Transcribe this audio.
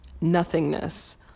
nothingness